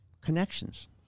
connections